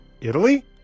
italy